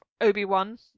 Obi-Wan